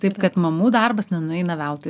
taip kad mamų darbas nenueina veltui